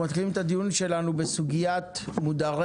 אנחנו מתחילים את הדיון שלנו בסוגיית מודרי